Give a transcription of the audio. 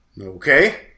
Okay